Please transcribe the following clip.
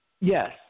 Yes